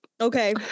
okay